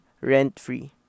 rent-free